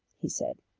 he said,